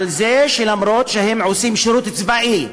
על זה שאף שהם עושים שירות צבאי,